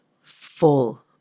full